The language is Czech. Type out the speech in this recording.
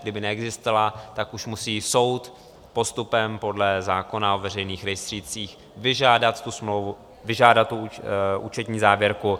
Kdyby neexistovala, tak už musí soud postupem podle zákona o veřejných rejstřících vyžádat tu smlouvu, vyžádat tu účetní závěrku.